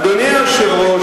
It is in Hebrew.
אדוני היושב-ראש,